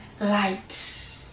light